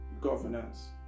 governance